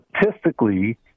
Statistically